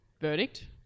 verdict